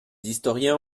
historiens